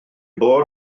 bod